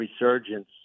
resurgence